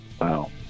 Wow